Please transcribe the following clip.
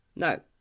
No